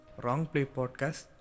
wrongplaypodcast